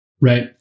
Right